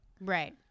Right